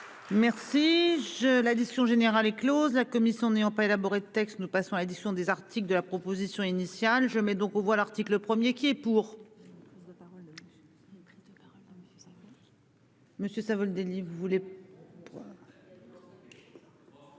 Merci je l'addition générale est Close, la commission n'ayant pas élaboré texte nous passons à l'addition des articles de la proposition initiale. Je mets donc aux voix l'article 1er qui est pour.